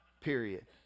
period